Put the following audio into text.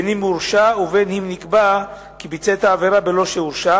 בין אם הורשע ובין אם נקבע כי ביצע את העבירה בלא שהורשע,